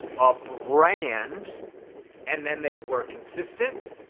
a brand and then they were consistent,